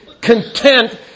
content